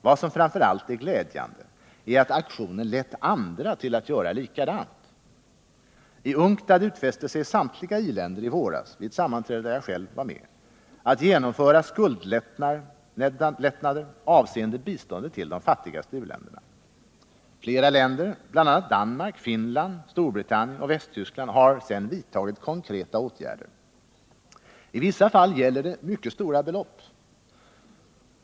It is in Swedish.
Vad som framför allt är glädjande är att aktionen lett andra till att göra likadant. I UNCTAD utfäste sig samtliga i-länder i våras vid ett sammanträde där jag själv var med att genomföra skuldlättnader avseende biståndet till de fattigaste u-länderna. Flera länder —bl.a. Danmark, Finland, Storbritannien och Västtyskland — har vidtagit konkreta åtgärder. I vissa fall gäller det mycket stora belopp.